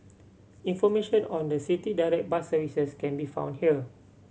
information on the City Direct bus services can be found here